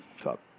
Top